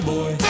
Boy